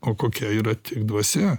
o kokia yra tik dvasia